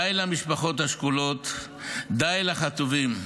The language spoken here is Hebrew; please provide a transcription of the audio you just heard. די למשפחות השכולות, די לחטופים.